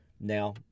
now